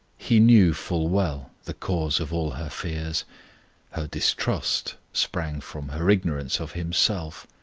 he knew full well the cause of all her fears her distrust sprang from her ignorance of himself,